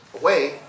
away